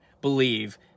believe